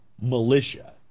militia